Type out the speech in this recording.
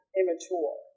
immature